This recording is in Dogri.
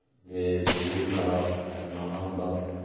ते बूट नेईं हा पैरें लाना होंदा